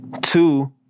two